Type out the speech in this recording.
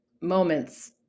moments